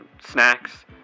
Snacks